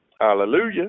Hallelujah